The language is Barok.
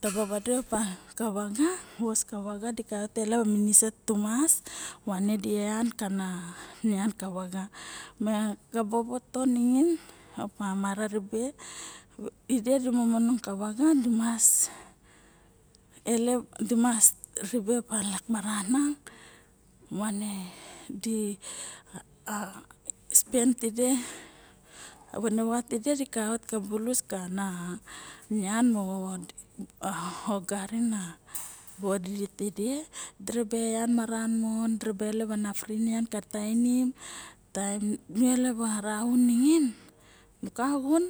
Taba vodo pa voska vaga di kkaot ta ilep miriset mo pi earn kana nian mo vaga ka bobo to ningin op mara ribe idi si momonong vaga di mas ribe pe lok maran movane di spen tide venavat si bulus mo si koiot to darin mo xun naniong ne ogaria a body tede diraba manonnng maran mon dirabe ilep na fri nian mon ka tainim taim nilep ra un ningin nu ka xun